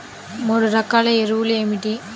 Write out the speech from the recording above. మూడు రకాల ఎరువులు ఏమిటి?